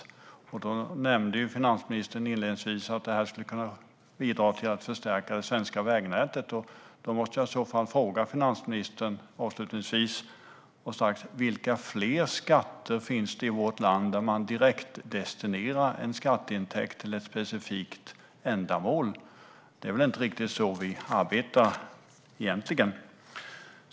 Svar på interpellationer Finansministern nämnde inledningsvis att det skulle kunna bidra till att förstärka det svenska vägnätet. Jag måste i så fall fråga finansministern: Vilka fler skatter finns det i vårt land där man direktdestinerar en skatteintäkt till ett specifikt ändamål? Det är väl inte riktigt så vi arbetar egentligen. Herr talman!